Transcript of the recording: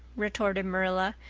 retorted marilla.